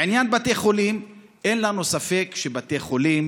לעניין בתי החולים, אין לנו ספק שבתי החולים,